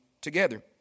together